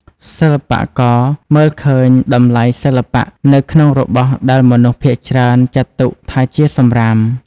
សិល្បករមើលឃើញតម្លៃសិល្បៈនៅក្នុងរបស់ដែលមនុស្សភាគច្រើនចាត់ទុកថាជាសម្រាម។